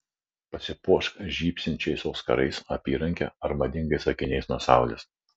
pasipuošk žybsinčiais auskarais apyranke ar madingais akiniais nuo saulės